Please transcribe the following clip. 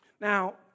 Now